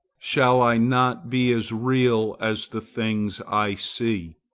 shall i not be as real as the things i see?